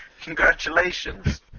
Congratulations